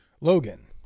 Logan